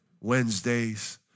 Wednesdays